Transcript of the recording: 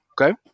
Okay